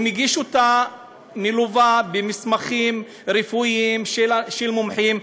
הוא מגיש אותה מלווה במסמכים רפואיים של מומחים.